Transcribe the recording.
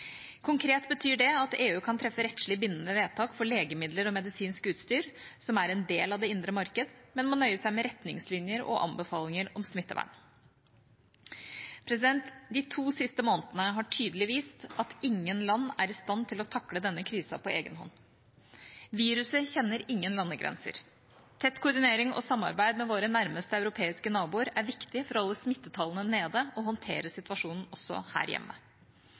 Konkret betyr det at EU kan treffe rettslig bindende vedtak for legemidler og medisinsk utstyr, som er en del av det indre marked, men må nøye seg med retningslinjer for og anbefalinger om smittevern. De to siste månedene har tydelig vist at ingen land er i stand til å takle denne krisen på egen hånd. Viruset kjenner ingen landegrenser. Tett koordinering og samarbeid med våre nærmeste europeiske naboer er viktig for å holde smittetallene nede og håndtere situasjonen også her hjemme.